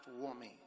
warming